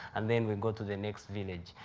and then we go to the next village.